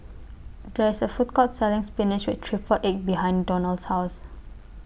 There IS A Food Court Selling Spinach with Triple Egg behind Donal's House